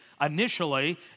initially